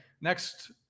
next